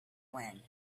when